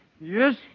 Yes